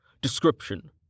Description